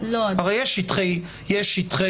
הרי יש שטחי